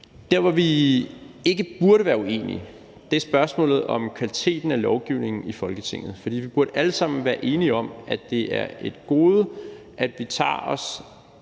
Der, hvor vi ikke burde være uenige, er på spørgsmålet om kvaliteten af lovgivningen i Folketinget. For vi burde alle sammen være enige om, at det er et gode, at vi tager os